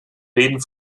läden